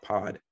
Pod